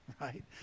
right